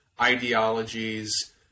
ideologies